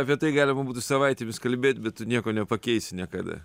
apie tai galima būtų savaitėmis kalbėt bet tu nieko nepakeisi niekada